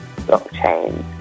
blockchain